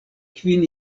kvin